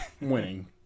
winning